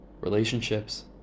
relationships